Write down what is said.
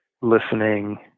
listening